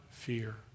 fear